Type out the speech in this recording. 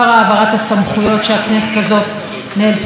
אנחנו פשוט מופתעים שיש עוד סמכויות להעביר.